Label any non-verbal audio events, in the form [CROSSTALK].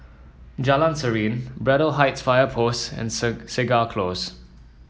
Jalan Serene Braddell Heights Fire Post and [UNINTELLIGIBLE] Segar Close